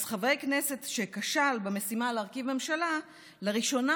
אז חבר כנסת שכשל במשימה להרכיב ממשלה לראשונה